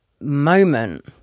moment